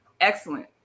excellent